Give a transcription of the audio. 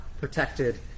protected